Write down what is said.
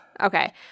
Okay